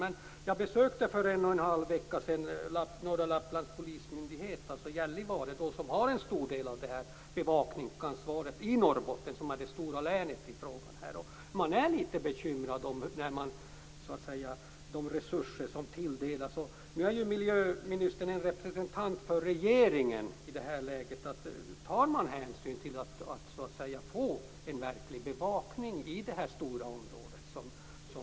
Men jag besökte för 11⁄2 Gällivare, som har en stor del av bevakningsansvaret i Norrbotten, som är det stora länet i den här frågan. Man är litet bekymrad över de resurser som tilldelas. Miljöministern är ju en representant för regeringen i det här läget: Tar man hänsyn till vad som krävs för att få en verklig bevakning i det här stora området?